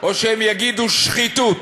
או שהם יגידו שחיתות?